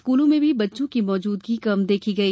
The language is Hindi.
स्कूलों में भी बच्चों की मौजूदगी बहुत कम देखी गई